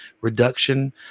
reduction